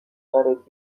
سرت